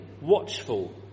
watchful